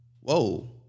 whoa